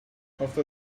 after